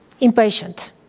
impatient